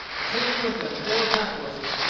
and taking with them four pack-horses,